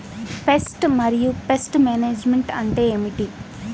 Pest మరియు pest management అంటే ఏమిటి?